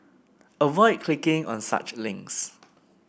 avoid clicking on such links